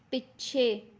ਪਿੱਛੇ